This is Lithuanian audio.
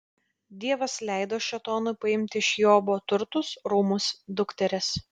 dievas leido šėtonui paimti iš jobo turtus rūmus dukteris